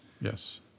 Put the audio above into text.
Yes